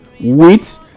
wheat